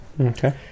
Okay